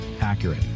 accurate